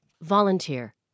volunteer